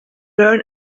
learn